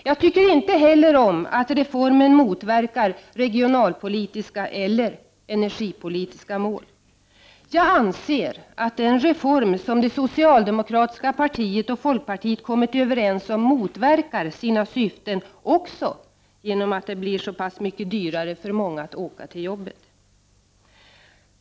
Jag tycker inte heller om att reformen motverkar regionalpolitiska eller energipolitiska mål. Jag anser att den reform som det socialdemokratiska partiet och folkpartiet kommit överens om motverkar sina syften också genom att det blir så pass mycket dyrare för många att åka till jobbet!